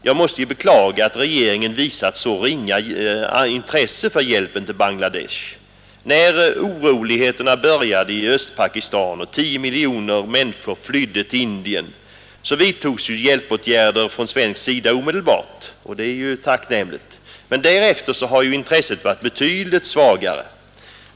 Jag måste beklaga att regeringen visat så ringa intresse för hjälpen till Bangladesh. När oroligheterna började i Östpakistan och 10 miljoner människor flydde till Indien, vidtogs hjälpåtgärder från svensk sida omedelbart, och det är ju tacknämligt. Men därefter har intresset varit betydligt svagare.